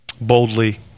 boldly